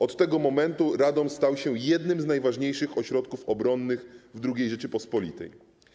Od tego momentu Radom stał się jednym z najważniejszych ośrodków obronnych w II Rzeczypospolitej.